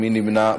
מי נמנע?